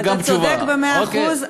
אתה צודק במאה אחוז.